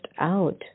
out